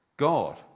God